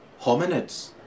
hominids